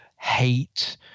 hate